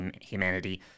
humanity